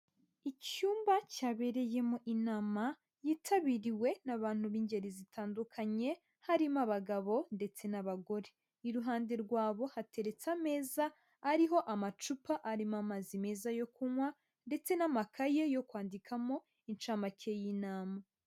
Icyumba cyabereyemo inama yitabiriwe n'abantu b'ingeri zitandukanye harimo abagabo ndetse n'abagore. Iruhande rwabo hateretse ameza ariho amacupa arimo amazi meza yo kunywa ndetse n'amakaye yo kwandikamo inshamake y'inama.